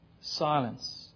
silence